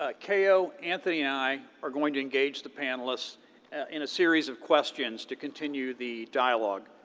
ah keo, anthony, and i are going to engage the panelists in a series of questions to continue the dialogue,